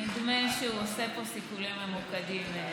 נדמה שהוא עושה פה סיכולים ממוקדים.